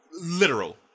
Literal